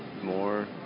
more